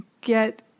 get